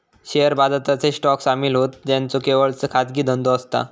share बाजारात असे stock सामील होतं ज्यांचो केवळ खाजगी धंदो असता